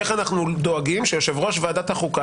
איך אנחנו דואגים שיושב-ראש ועדת החוקה